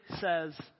says